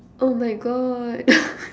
oh my God